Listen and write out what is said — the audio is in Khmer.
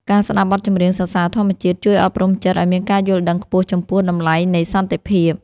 ការស្ដាប់បទចម្រៀងសរសើរធម្មជាតិ ជួយអប់រំចិត្តឱ្យមានការយល់ដឹងខ្ពស់ចំពោះតម្លៃនៃសន្តិភាព។